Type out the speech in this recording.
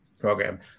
program